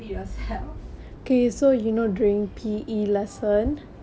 oh during P_E lesson I keep hearing during P_E lesson